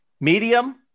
medium